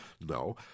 No